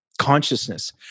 consciousness